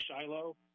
Shiloh